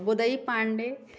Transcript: Godai Pandey